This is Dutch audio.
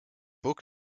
boek